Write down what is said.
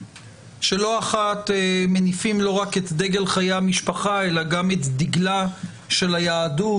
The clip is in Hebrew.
שלא אחת מניפים לא רק את דגל חיי המשפחה אלא גם את דגלה של היהדות,